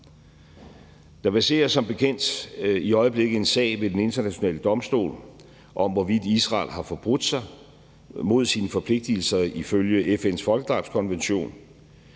Der verserer som bekendt i øjeblikket en sag ved Den Internationale Domstol om, hvorvidt Israel har forbrudt sig mod sine forpligtigelser ifølge FN's folkedrabskonvention.